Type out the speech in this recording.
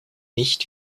nicht